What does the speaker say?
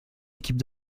équipe